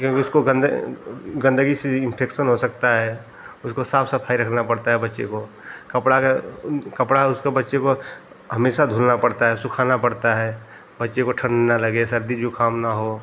क्योंकि उसको गन्दे गन्दगी से इन्फ़ेक्शन हो सकता है उसकी साफ़ सफ़ाई रखनी पड़ती है बच्चे की कपड़ा का कपड़ा उसका बच्चे का हमेशा धुलना पड़ता है सुखाना पड़ता है बच्चे को ठण्ड न लगे सर्दी जुक़ाम न हो